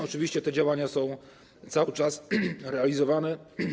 Oczywiście te działania są cały czas realizowane.